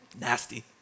Nasty